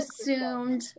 assumed